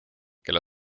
kelle